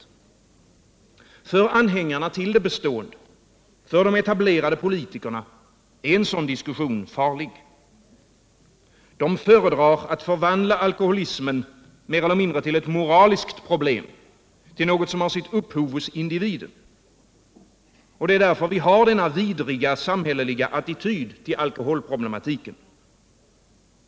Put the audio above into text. För anhängarna till det bestående, för de etablerade politikerna, är en sådan diskussion farlig. De föredrar att förvandla alkoholismen mer eller mindre till ett moraliskt problem, till något som har sitt upphov hos individen. Därför har vi denna vidriga samhälleliga attityd till alkoholproblematiken.